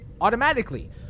automatically